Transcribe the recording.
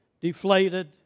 deflated